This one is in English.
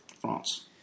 France